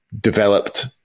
developed